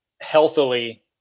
healthily